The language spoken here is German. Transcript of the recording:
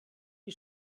die